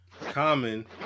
Common